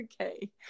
Okay